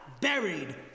buried